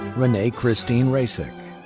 renee christine racek.